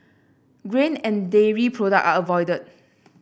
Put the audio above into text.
grain and dairy product are avoided